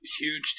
huge